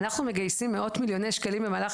אנחנו מגייסים מאות מיליוני שקלים במהלך